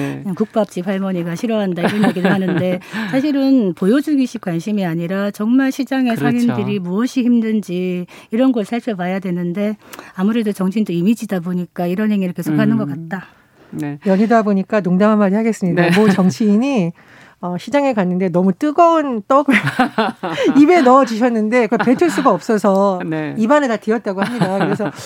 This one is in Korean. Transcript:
네. 국밥집 할머니가 싫어한다 이런 얘기를 하는데 사실은 보여주기식 관심이 아니라 정말 시장의 그렇죠. 상인들이 무엇이 힘든지 이런 걸 살펴봐야 되는데 아무래도 정치인도 이미지다 보니까 이런 행위를 계속하는 것 음. 같다. 네. 연휴다 보니까 농담 한마디 하겠습니다. 네. 뭐 정치인이, 어, 시장에 갔는데 너무 뜨거운 떡을 입에 넣어주셨는데 그걸 뱉을 수가 없어서 네. 입안에 다 디었다고 합니다. 그래서